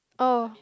oh